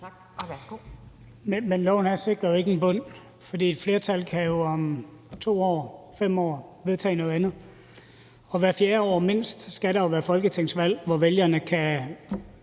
Men loven her sikrer jo ikke en bund, for et flertal kan om 2 år, om 5 år vedtage noget andet. Og mindst hvert fjerde år skal der jo være folketingsvalg, hvor vælgerne kan